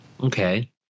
Okay